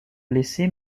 blessé